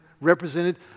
represented